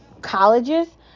colleges